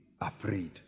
afraid